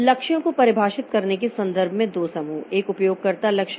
लक्ष्यों को परिभाषित करने के संदर्भ में दो समूह एक उपयोगकर्ता लक्ष्य है